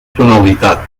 tonalitat